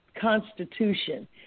Constitution